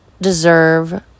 deserve